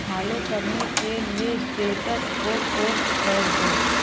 follow करने के लिए स्टेटस को पोस्ट कर दो